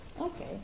Okay